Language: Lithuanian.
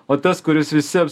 o tas kuris visiem